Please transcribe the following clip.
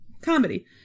comedy